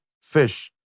fish